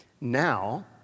Now